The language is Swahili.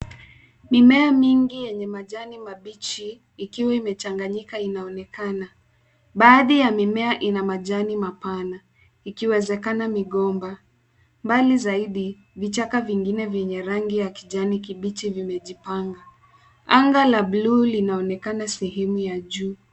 Mimea mingi yenye majani mabichi ikiwa imechanganyika inaonekana. Baadhi ya mimea ina majani mapana ikiwezekana migomba. Mbali zaidi vichaka vingine vyenye rangi ya kijani kibichi vimejipanga. Anga la buluu linaonekana sehemu ya juu.